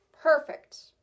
Perfect